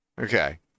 Okay